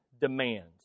demands